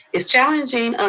it's challenging,